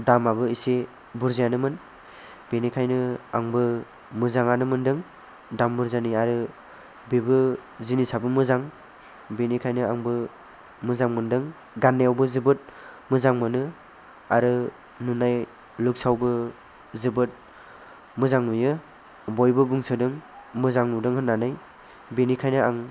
दामाबो एसे बुरजायानोमोन बेनिखायनो आंबो मोजाङानो मोनदों दाम बुरजानि आरो बेबो जिनिसआबो मोजां बेनिखायनो आंबो मोजां मोनदों गाननायावबो जोबोद मोजां मोनो आरो नुनाय लुक्स आवबो जोबोद मोजां नुयो बयबो बुंसोदों मोजां नुदों होननानै बेनिखायनो आं